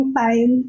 time